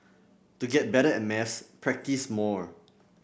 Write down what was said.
to get better at maths practise more